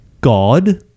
God